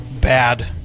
bad